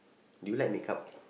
do you like makeup